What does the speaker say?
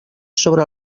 sobre